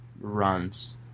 runs